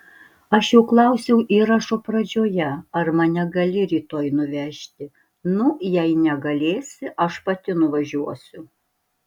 aš jau klausiau įrašo pradžioje ar mane gali rytoj nuvežti nu jei negalėsi aš pati nuvažiuosiu